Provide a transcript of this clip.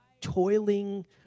toiling